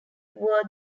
were